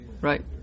right